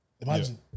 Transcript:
imagine